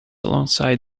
alongside